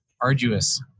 arduous